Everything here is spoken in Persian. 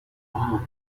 آهان